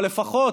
אבל לפחות,